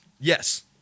Yes